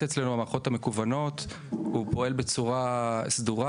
אצלנו במערכות המקוונות הוא פועל בצורה סדורה,